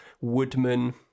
woodman